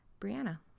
Brianna